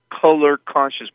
color-conscious